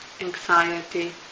anxiety